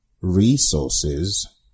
resources